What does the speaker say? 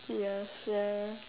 ya sia